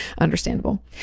Understandable